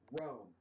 Rome